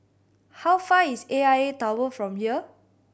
how far is A I A Tower from here